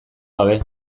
gabe